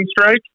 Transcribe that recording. strike